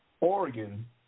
Oregon